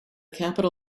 capital